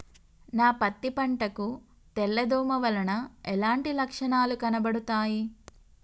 నా పత్తి పంట కు తెల్ల దోమ వలన ఎలాంటి లక్షణాలు కనబడుతాయి?